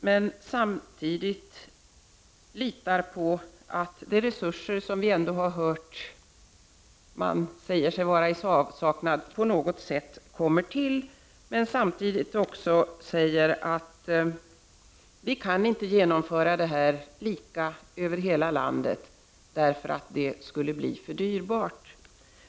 Hon litar på att de resurser som vi har hört att man säger sig vara i avsaknad av på något sätt kommer till, samtidigt som hon säger att vi inte kan genomföra detta lika över hela landet, eftersom det skulle bli för dyrt.